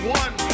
one